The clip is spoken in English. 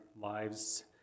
lives